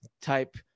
type